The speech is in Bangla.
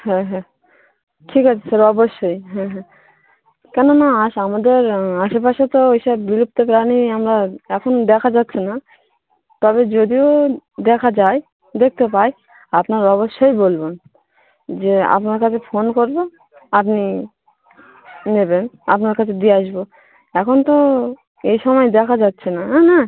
হ্যাঁ হ্যাঁ ঠিক আছে স্যার অবশ্যই হ্যাঁ হ্যাঁ কেননা আশ আমাদের আশেপাশে তো ওই সব দূরের থেকে আনি আমরা এখন দেখা যাচ্ছে না তবে যদিও দেখা যায় দেখতে পাই আপনারা অবশ্যই বলবেন যে আমার কাছে ফোন করবেন আপনি নেবেন আপনার কাছে দিয়ে আসবো এখন তো এই সময় দেখা যাচ্ছে না না